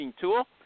tool